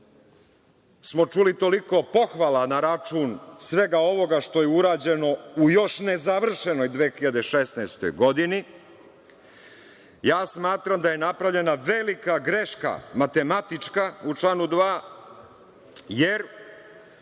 smo čuli toliko pohvala na račun svega ovoga što je urađeno u još nezavršenoj 2016. godini, ja smatram da je napravljena velika greška, matematička, u članu 2, jer